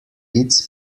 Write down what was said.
its